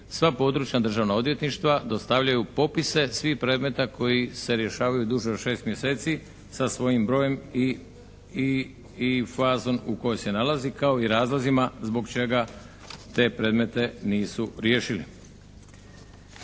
sva područna državna odvjetništva dostavljaju popise svih predmeta koji se rješavaju duže od 6 mjeseci sa svojim brojem i fazom u kojoj se nalazi, kao i razlozima zbog čega te predmete nisu riješili.